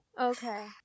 Okay